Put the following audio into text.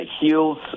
heals